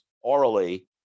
orally